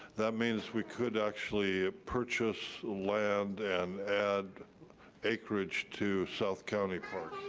that means we could actually purchase land and add acreage to south county parks.